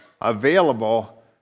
available